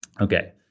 Okay